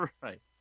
Right